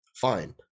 fine